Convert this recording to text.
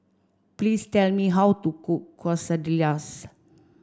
please tell me how to cook Quesadillas